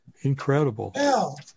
Incredible